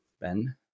Ben